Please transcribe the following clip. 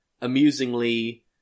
amusingly